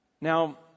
Now